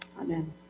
Amen